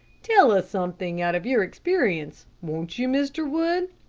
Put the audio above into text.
tell us something out of your experience, won't you, mr. wood?